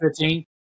15